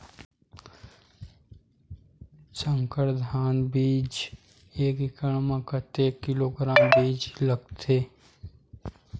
संकर धान बीज एक एकड़ म कतेक किलोग्राम बीज लगथे?